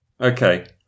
Okay